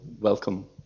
welcome